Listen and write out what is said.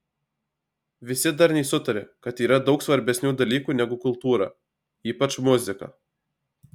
visi darniai sutaria kad yra daug svarbesnių dalykų negu kultūra ypač muzika